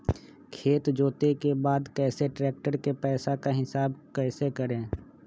खेत जोते के बाद कैसे ट्रैक्टर के पैसा का हिसाब कैसे करें?